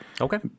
Okay